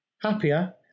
happier